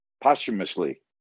posthumously